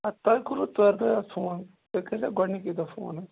اَدٕ تۅہہِ کوٚروٕ ژورِ دۅہۍ حظ فون تُہۍ کٔرۍزِہو گۅڈٕنِکی دۅہ فون حظ